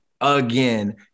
again